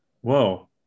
whoa